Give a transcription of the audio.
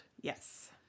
Yes